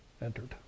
entered